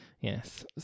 Yes